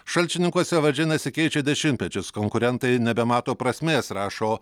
šalčininkuose valdžia nesikeičia dešimtmečius konkurentai nebemato prasmės rašo